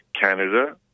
Canada